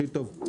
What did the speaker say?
הכי טוב.